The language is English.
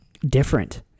different –